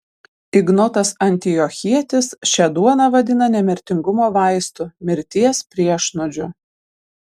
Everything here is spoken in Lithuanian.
ignotas antiochietis šią duoną vadina nemirtingumo vaistu mirties priešnuodžiu